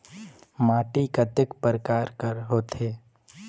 माटी कतेक परकार कर होथे?